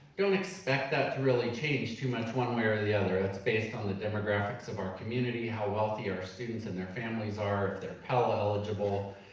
don't expect that to really change too much one way or the other. ah it's based on the demographics of our community, how wealthy our students and their families are, if they're pell eligible.